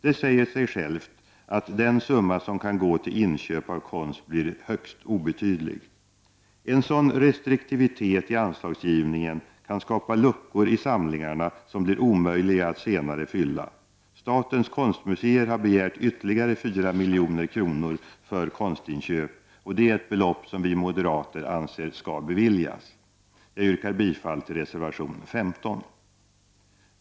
Det säger sig självt att den summa som kan gå till inköp av konst blir mycket obetydlig. En sådan restriktivitet i anslagsgivningen kan skapa luckor i samlingarna, som det blir omöjligt att senare fylla. Statens konstmuseer har begärt ytterli gare 4 milj.kr. för konstinköp. Vi moderater anser att man skall bevilja det beloppet. Jag yrkar bifall till reservation 15.